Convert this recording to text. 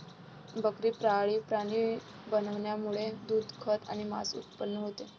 बकरी पाळीव प्राणी बनवण्यामुळे दूध, खत आणि मांस उत्पन्न होते